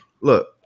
Look